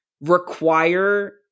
require